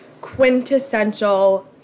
quintessential